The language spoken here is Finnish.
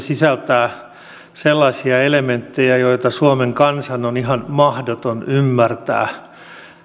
sisältää sellaisia elementtejä joita suomen kansan on ihan mahdoton ymmärtää